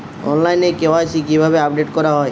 অনলাইনে কে.ওয়াই.সি কিভাবে আপডেট করা হয়?